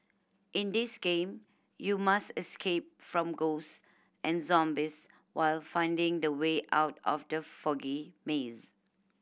in this game you must escape from ghosts and zombies while finding the way out of the foggy maze